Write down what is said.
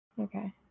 Okay